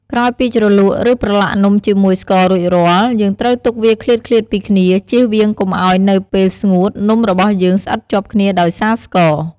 ក្រោយពីជ្រលក់ ឬប្រឡាក់នំជាមួយស្កររួចរាល់ យើងត្រូវទុកវាឃ្លាតៗពីគ្នា ជៀសវាងកុំឱ្យនៅពេលស្ងួត នំរបស់យើងស្អិតជាប់គ្នាដោយសារស្ករ។